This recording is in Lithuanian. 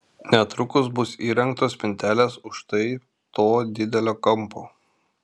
netrukus bus įrengtos spintelės už štai to didelio kampo